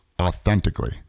authentically